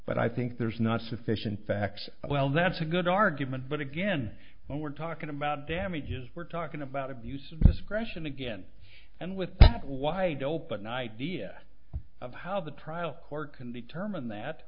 but i think there's not sufficient facts well that's a good argument but again when we're talking about damages we're talking about abuse of discretion again and with that wide open idea of how the trial court can determine that